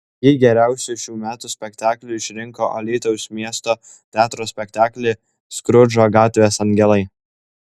ji geriausiu šių metų spektakliu išrinko alytaus miesto teatro spektaklį skrudžo gatvės angelai